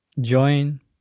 join